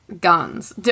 guns